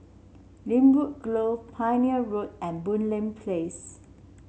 Lynwood Grove Pioneer Road and Boon Lay Place